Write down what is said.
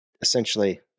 essentially